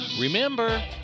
Remember